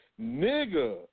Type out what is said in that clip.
nigga